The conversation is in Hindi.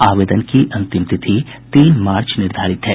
आवेदन की अंतिम तिथि तीन मार्च निर्धारित है